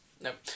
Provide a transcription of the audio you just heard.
nope